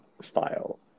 style